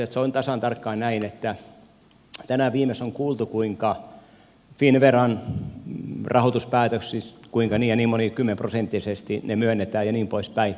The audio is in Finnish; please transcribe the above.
se on tasan tarkkaan näin tänään viimeksi on kuultu finnveran rahoituspäätöksistä kuinka niin ja niin monikymmenprosenttisesti ne myönnetään ja niin poispäin